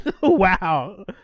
wow